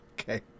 Okay